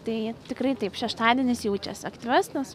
tai tikrai taip šeštadienis jaučiasi aktyvesnis